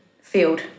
field